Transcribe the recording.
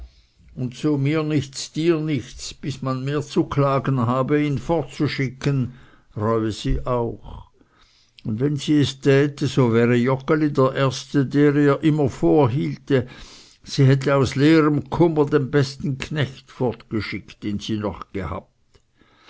und so mir nichts dir nichts bis man mehr zu klagen habe ihn fortzuschicken reue sie auch und wenn sie es täte so wäre joggeli der erste der ihr immer vorhielte sie hätte aus leerem kummer den besten knecht fortgeschickt den sie noch gehabt